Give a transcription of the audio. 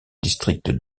district